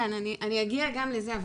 אני אגיע גם לזה.